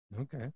Okay